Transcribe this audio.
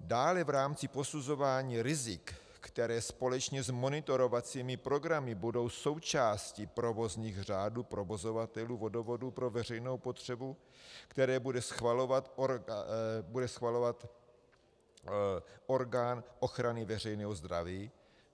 Dále v rámci posuzování rizik, která společně s monitorovacími programy budou součástí provozních řádů provozovatelů vodovodu pro veřejnou potřebu, které bude schvalovat orgán veřejného zdraví,